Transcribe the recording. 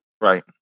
Right